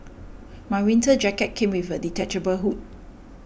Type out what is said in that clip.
my winter jacket came with a detachable hood